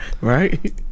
Right